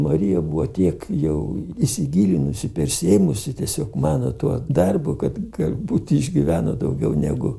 marija buvo tiek jau įsigilinusi persiėmusi tiesiog mano tuo darbu kad galbūt išgyveno daugiau negu